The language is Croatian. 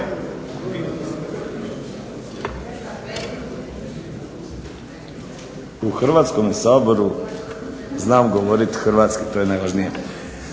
U Hrvatskome saboru znam govoriti hrvatski, to je najvažnije.